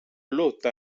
låta